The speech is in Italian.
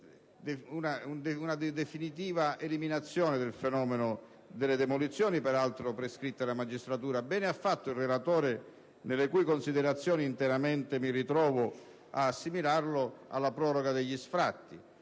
una definitiva eliminazione delle demolizioni, peraltro prescritte dalla magistratura. Bene ha fatto il relatore, nelle cui considerazioni interamente mi ritrovo, ad assimilarlo alla proroga degli sfratti.